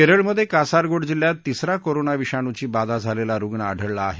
केरळमधे कासारगोड जिल्ह्यात तिसऱा कोरोना विषाणूची बाधा झालेला रुग्ण आढळला आहे